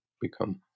become